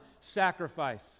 sacrifice